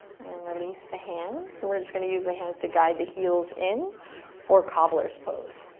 and then release the hands and we're just going to use the hands to guide the heels in for cobbler's pose.